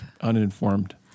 uninformed